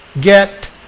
get